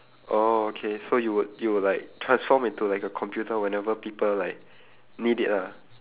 oh okay so you would you would like transform into like a computer whenever people like need it lah